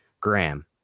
Graham